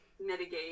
mitigate